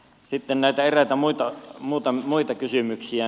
sitten näitä eräitä muita kysymyksiä